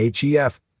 HEF